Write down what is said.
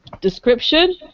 description